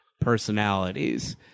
personalities